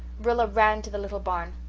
rilla ran to the little barn.